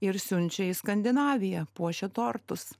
ir siunčia į skandinaviją puošia tortus